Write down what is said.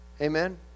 Amen